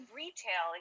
retail